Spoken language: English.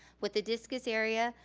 with the discus area,